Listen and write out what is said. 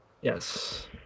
Yes